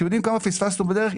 אתם יודעים כמה פספסנו בדרך?